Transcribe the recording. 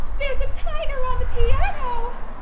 there's a tiger on the piano.